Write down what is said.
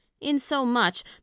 insomuch